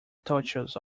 touches